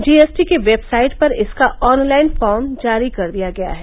GST की website पर इसका ऑफलाइन फार्म जारी कर दिया गया है